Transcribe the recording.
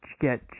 get